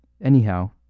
Anyhow